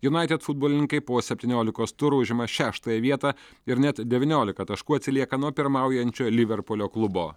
junaitid futbolininkai po septyniolikos turų užima šeštąją vietą ir net devyniolika taškų atsilieka nuo pirmaujančio liverpulio klubo